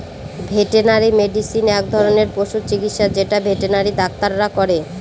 veterinary medicine এক ধরনের পশু চিকিৎসা যেটা ভেটেনারি ডাক্তাররা করে